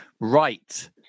Right